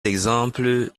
exemples